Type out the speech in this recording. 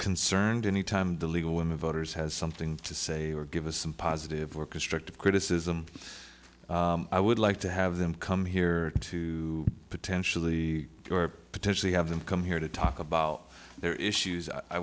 concerned any time the legal women voters has something to say or give us some positive or constructive criticism i would like to have them come here to potentially potentially have them come here to talk about their issues i